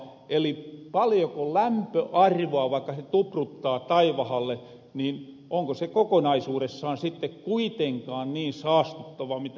eli paljoko lämpöarvoa vaikka se tupruttaa taivahalle onko se kokonaisuuressaan sitte kuitenkaan niin saastuttava mitä puhutaan